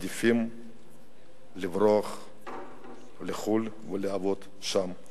מעדיפים לברוח לחוץ-לארץ ולעבוד שם.